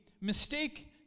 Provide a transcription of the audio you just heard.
mistake